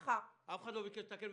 אף אחד לא ביקש לתקן.